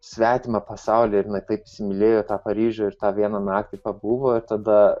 svetimą pasaulį ir jinai taip įsimylėjo tą paryžių ir tą vieną naktį pabuvo ir tada